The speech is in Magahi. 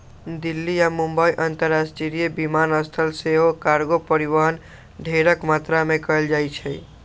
दिल्ली आऽ मुंबई अंतरराष्ट्रीय विमानस्थल से सेहो कार्गो परिवहन ढेरेक मात्रा में कएल जाइ छइ